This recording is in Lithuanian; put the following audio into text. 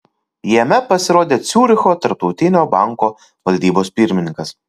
jame pasirodė ciuricho tarptautinio banko valdybos pirmininkas